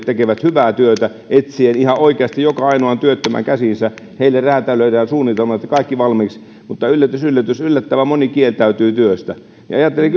tekevät hyvää työtä etsien ihan oikeasti joka ainoan työttömän käsiinsä heille räätälöidään suunnitelmat ja kaikki valmiiksi mutta yllätys yllätys yllättävän moni kieltäytyy työstä ajattelin